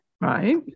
right